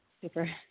Super